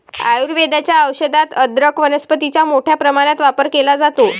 आयुर्वेदाच्या औषधात अदरक वनस्पतीचा मोठ्या प्रमाणात वापर केला जातो